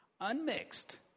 unmixed